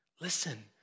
listen